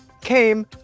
came